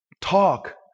Talk